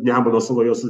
nemuno saloje su